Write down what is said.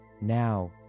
now